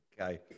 Okay